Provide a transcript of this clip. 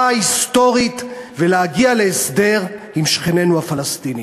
ההיסטורית ולהגיע להסדר עם שכנינו הפלסטינים.